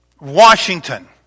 Washington